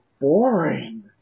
boring